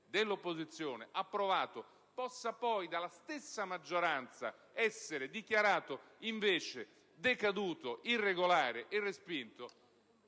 dell'opposizione, approvato, possa poi dalla stessa maggioranza essere dichiarato invece decaduto, irregolare e respinto,